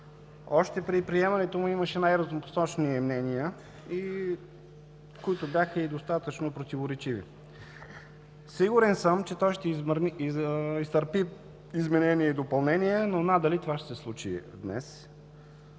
Още при приемането му имаше най-разнопосочни мнения, които бяха и достатъчно противоречиви. Сигурен съм, че той ще изтърпи изменения и допълнения, но надали това ще се случи днес.